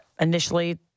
initially